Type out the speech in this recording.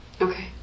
Okay